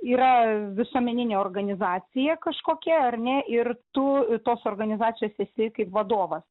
yra visuomeninė organizacija kažkokia ar ne ir tu tos organizacijos esi kaip vadovas